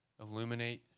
illuminate